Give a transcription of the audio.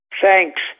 Thanks